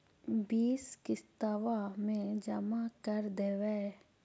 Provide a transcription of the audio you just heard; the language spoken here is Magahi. बिस किस्तवा मे जमा कर देवै?